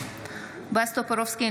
בועז טופורובסקי,